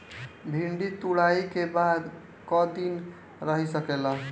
भिन्डी तुड़ायी के बाद क दिन रही सकेला?